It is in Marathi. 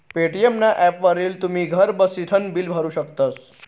पे.टी.एम ना ॲपवरी तुमी घर बठीसन बिल भरू शकतस